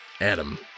Adam